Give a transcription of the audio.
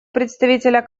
представителя